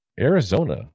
Arizona